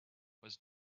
was